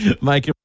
Mike